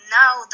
now